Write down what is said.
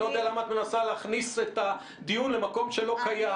אני לא יודע למה את מנסה להכניס את הדיון למקום שלא קיים.